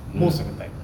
most of the time